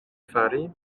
fari